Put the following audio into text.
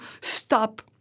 stop